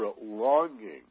longing